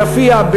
ביפיע,